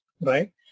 right